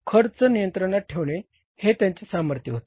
खर्च नियंत्रणात ठेवणे हे त्यांचे सामर्थ्य होते